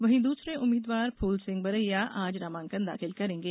वहीं दूसरे उम्मीद्वार फुलसिंह बरैया आज नामांकन दाखिल करेंगे